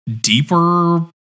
deeper